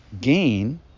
Gain